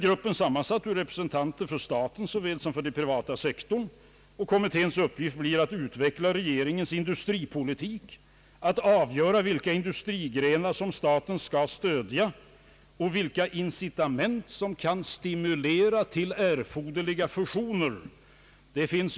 Gruppen är sammansatt av representanter för såväl staten som den privata sektorn, och uppgiften blir att utveckla regeringens industripolitik, avgöra vilka industrigrenar staten skallstödja och vilka incitament som kan stimulera till erforderliga fusioner.